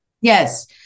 Yes